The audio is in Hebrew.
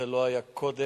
זה לא היה קודם,